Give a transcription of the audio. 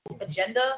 agenda